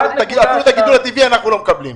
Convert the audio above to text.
ואפילו את הגידול הטבעי אנחנו לא מקבלים.